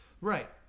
Right